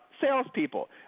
Salespeople